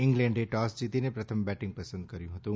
છંગ્લેન્ડે toss જીતીને પ્રથમ batting પસંદ કર્યું હતું